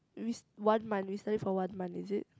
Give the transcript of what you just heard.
with one month we studied for one month is it